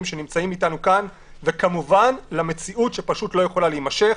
שנמצאים אתנו כאן וכמובן למציאות שפשוט לא יכולה להימשך.